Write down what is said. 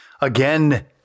again